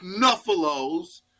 Buffaloes